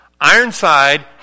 Ironside